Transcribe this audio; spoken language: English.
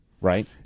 right